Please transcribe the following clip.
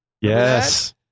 Yes